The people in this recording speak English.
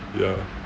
ya